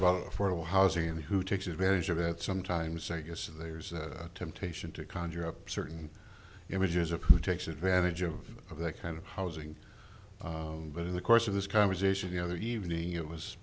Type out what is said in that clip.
about affordable housing and who takes advantage of it sometimes i guess there's a temptation to conjure up certain images of who takes advantage of that kind of housing but in the course of this conversation the other evening it was